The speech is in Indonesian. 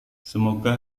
semoga